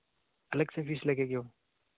अलग से फीस लगेगी वह